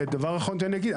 דבר אחרון שאני אגיד,